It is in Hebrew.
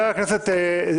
חבר הכנסת טיבי.